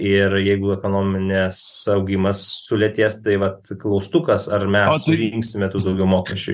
ir jeigu ekonomines augimas sulėtės tai vat klaustukas ar mes surinksime tų daugiau mokesčių